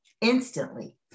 instantly